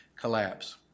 collapse